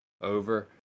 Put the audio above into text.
over